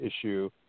issue